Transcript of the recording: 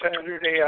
Saturday